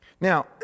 Now